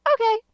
okay